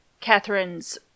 Catherine's